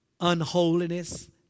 unholiness